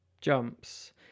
jumps